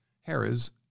Harris